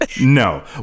no